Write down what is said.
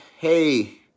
Hey